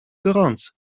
gorący